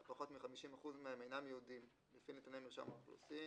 אך פחות מ-50% מהם אינם יהודים לפי נתוני מרשם האוכלוסין,